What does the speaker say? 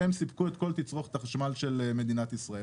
והם סיפקו את כל תצרוכת החשמל של מדינת ישראל,